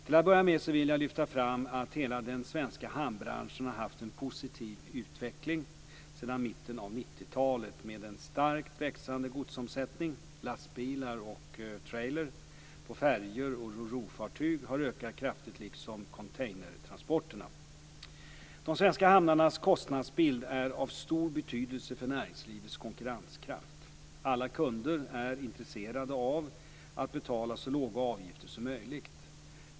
Till att börja med vill jag lyfta fram att hela den svenska hamnbranschen har haft en positiv utveckling sedan mitten av 90-talet med en starkt växande godsomsättning. Lastbilar och trailer på färjor och rorofartyg har ökat kraftigt liksom containertransporterna. De svenska hamnarnas kostnadsbild är av stor betydelse för näringslivets konkurrenskraft. Alla kunder är intresserade av att betala så låga avgifter som möjligt.